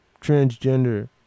transgender